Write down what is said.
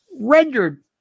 rendered